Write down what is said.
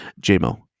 jmo